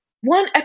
one